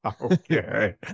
Okay